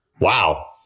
Wow